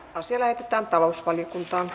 asia lähetettiin talousvaliokuntaan a